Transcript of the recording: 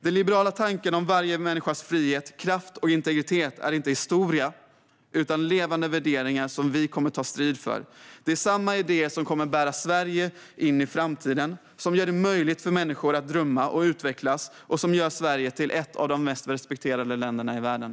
Den liberala tanken om varje människas frihet, kraft och integritet är inte historia utan levande värderingar som vi kommer att ta strid för. Det är samma idéer som kommer att bära Sverige in i framtiden, som gör det möjligt för människor att drömma och utvecklas och som gör Sverige till ett av de mest respekterade länderna i världen.